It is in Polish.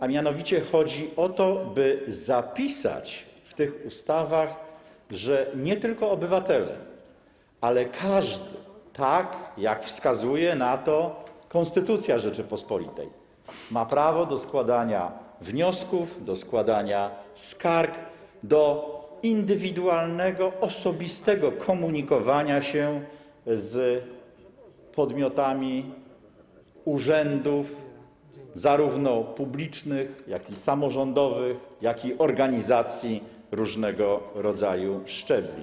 A mianowicie chodzi o to, by zapisać w tych ustawach, że nie tylko obywatele, ale każdy, tak jak wskazuje na to Konstytucja Rzeczypospolitej, ma prawo do składania wniosków, do składania skarg, do indywidualnego, osobistego komunikowania się z podmiotami urzędów, zarówno publicznych, jak i samorządowych, a także organizacji różnego rodzaju szczebli.